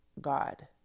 God